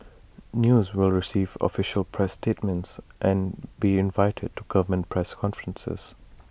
news will receive official press statements and be invited to government press conferences